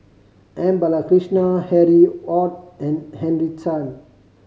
M Balakrishnan Harry Ord and Henry Tan